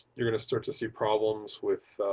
you're going to start to see problems with